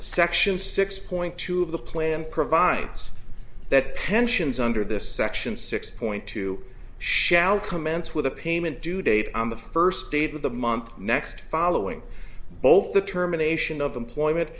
section six point two of the plan provides that pensions under this section six point two shall commence with the payment due date on the first date of the month next following both the terminations of employment